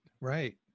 right